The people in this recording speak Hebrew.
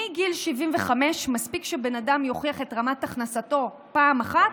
מגיל 75 מספיק שבן אדם יוכיח את רמת הכנסתו פעם אחת,